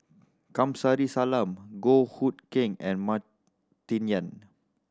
Kamsari Salam Goh Hood Keng and Martin Yan